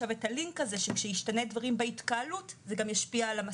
הלינק הזה שכשישתנו דברים בהתקהלות זה גם ישפיע על המסכות.